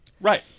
right